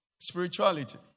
Spirituality